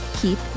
Keep